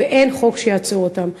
ואין חוק שיעצור אותם.